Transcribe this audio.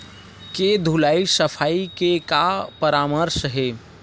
के धुलाई सफाई के का परामर्श हे?